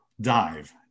dive